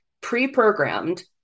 pre-programmed